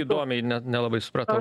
įdomiai ne nelabai supratau